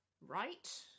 right